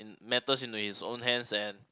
matters into his own hands and